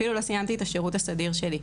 אפילו לא סיימתי את השירות הסדיר שלי,